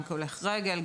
גם כהולך רגל,